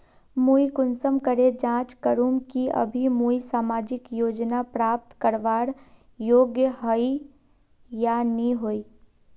मुई कुंसम करे जाँच करूम की अभी मुई सामाजिक योजना प्राप्त करवार योग्य होई या नी होई?